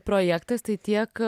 projektas tai tiek